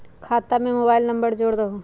खाता में mobile number जोड़ दहु?